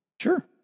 Sure